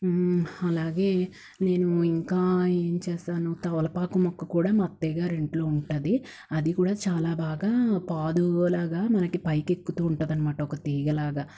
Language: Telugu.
అలాగే నేను ఇంకా ఏం చేసాను తమలపాకు మొక్క కూడా మా అత్తయ్యగారింట్లో ఉంటుంది అది కూడా చాలా బాగా పాదువులాగా మనకి పైకెక్కుతూ ఉంటదనమాట ఒక తీగలాగా